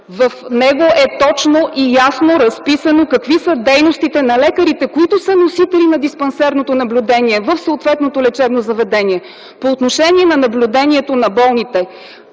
В него е точно и ясно разписано какви са дейностите на лекарите, които са носители на диспансерното наблюдение в съответното лечебно заведение. По отношение наблюдението на болните.